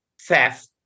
theft